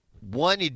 one